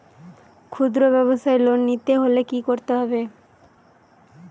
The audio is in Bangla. খুদ্রব্যাবসায় লোন নিতে হলে কি করতে হবে?